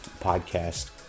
podcast